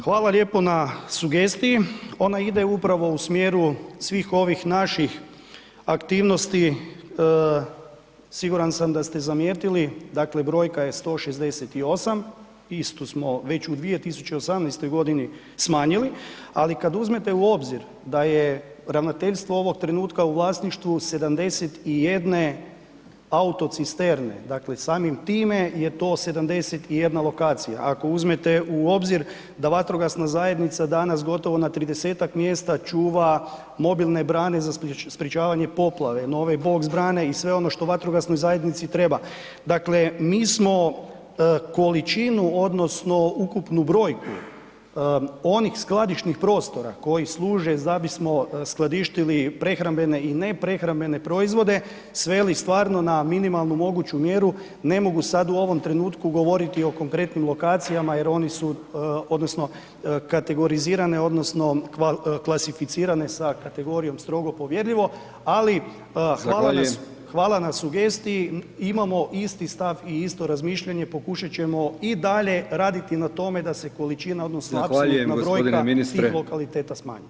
Hvala lijepo na sugestiji, ona ide upravo u smjeru svih ovih naših aktivnosti, siguran sam da ste zamijetili, dakle brojka je 168, istu smo već u 2018. g. smanjili ali kad uzmete u obzir da je ravnateljstvo ovog trenutka u vlasništvu 71 autocisterne, dakle samim time je to 71 lokacija, ako uzmete u obzir da vatrogasna zajednica danas gotovo na 30-ak mjesta čuva mobilne brane za sprječavanje poplave, nove box brane i sve ono što vatrogasnoj zajednici treba, dakle mi smo količinu odnosno ukupnu brojku onih skladišnih prostora koji službe da bismo skladištili prehrambene i neprehrambene proizvode, sveli stvarno na minimalnu moguću mjeru, ne mogu sad u ovom trenutku govoriti o konkretnim lokacijama jer oni su odnosno kategorizirane odnosno klasificirane sa kategorijom „strogo povjerljivo“ ali hvala na sugestiji, imamo isti stav i isto razmišljanje, pokušat ćemo i dalje raditi na tome da se količina odnosno apsolutno brojka tih lokaliteta smanji.